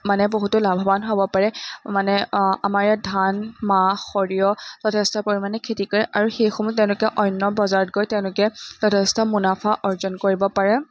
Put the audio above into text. মানে বহুতো লাভৱান হ'ব পাৰে মানে আমাৰ ইয়াত ধান মাহ সৰিয়হ যথেষ্ট পৰিমাণে খেতি কৰে আৰু সেইসমূহ তেওঁলোকে অন্য বজাৰত গৈ তেওঁলোকে যথেষ্ট মুনাফা অৰ্জন কৰিব পাৰে